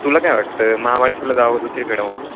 तुला काय वाटतं महाबळेश्वरला जावं का दुसरीकडे मग